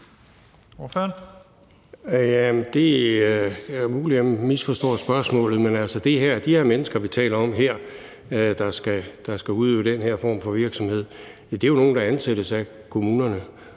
(V): Det er muligt, at jeg har misforstået spørgsmålet, men altså de mennesker, vi taler om her, der skal udøve den her form for virksomhed, er jo nogle, der ansættes af kommunerne.